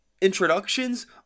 introductions